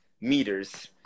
meters